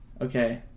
okay